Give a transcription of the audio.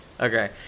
Okay